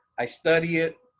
i study it.